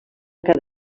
cada